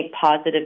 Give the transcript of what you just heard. positive